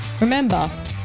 Remember